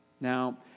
Now